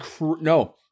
no